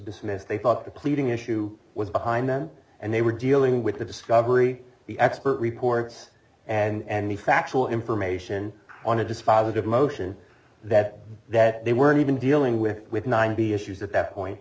dismiss they thought the pleading issue was behind them and they were dealing with the discovery the expert reports and the factual information on a dispositive motion that that they weren't even dealing with with ninety issues at that point